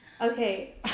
Okay